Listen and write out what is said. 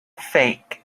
fake